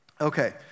Okay